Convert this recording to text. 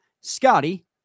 Scotty